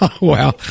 Wow